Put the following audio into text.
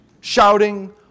shouting